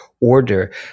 order